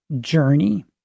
journey